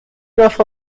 رفت